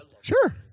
Sure